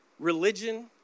Religion